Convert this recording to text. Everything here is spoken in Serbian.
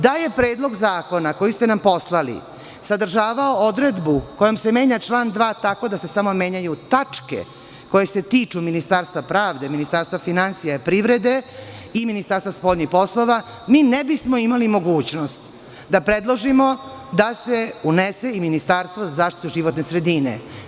Da je Predlog zakona koji ste nam poslali sadržavao odredbu kojom se menja član 2. tako da se samo menjaju tačke koje se tiču Ministarstva prave, Ministarstva finansije i privrede i Ministarstva spoljnih poslova, mi ne bismo imali mogućnost da predložimo da se unese i Ministarstvo za zaštitu životne sredine.